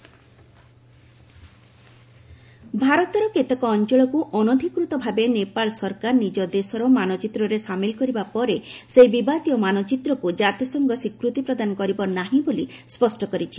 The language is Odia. ନେପାଳ ମାନଚିତ୍ର ଖାରଜ୍ ଭାରତର କେତେକ ଅଞ୍ଚଳକ୍ ଅନଧିକୃତ ଭାବେ ନେପାଳ ସରକାର ନିଜ ଦେଶର ମାନଚିତ୍ରରେ ସାମିଲ୍ କରିବା ପରେ ସେହି ବିବାଦୀୟ ମାନଚିତ୍ରକୁ କାତିସଂଘ ସ୍ୱୀକୃତି ପ୍ରଦାନ କରିବ ନାହିଁ ବୋଲି ସ୍ୱଷ୍ଟ କରିଛି